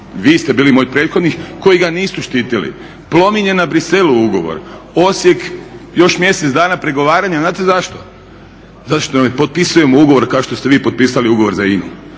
vi ste bili moj prethodnik, koji ga nisu štitili. Plomin je na Bruxellesu ugovor, Osijek još mjesec dana pregovaranja, znate zašto? Zato što ne potpisujemo ugovor kao što ste vi potpisali ugovor za INA-u.